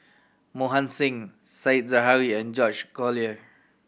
Mohan Singh Said Zahari and George Collyer